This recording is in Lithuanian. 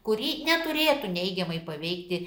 kuri neturėtų neigiamai paveikti